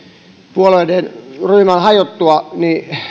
puolueen ryhmän hajottua